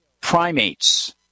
primates